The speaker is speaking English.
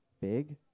big